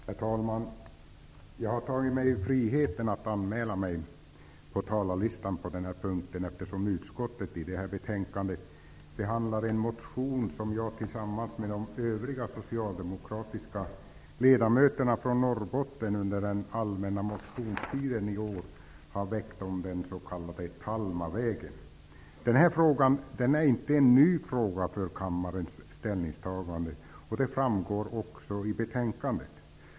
Herr talman! Jag har tagit mig friheten att anmäla mig på talarlistan på denna punkt, eftersom utskottet i detta betänkande behandlar en motion som jag, tillsammans med de övriga socialdemokratiska ledamöterna från Norrbotten, under den allmänna motionstiden i år väckt om den s.k. Talmavägen. Den här frågan, som kammaren skall ta ställning till, är inte ny, vilket framgår av betänkandet.